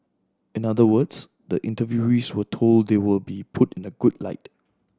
in other words the interviewees were told they will be put in a good light